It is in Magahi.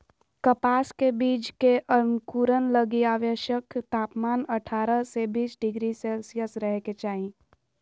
कपास के बीज के अंकुरण लगी आवश्यक तापमान अठारह से बीस डिग्री सेल्शियस रहे के चाही